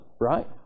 right